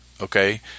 okay